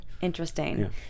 Interesting